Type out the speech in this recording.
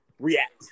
React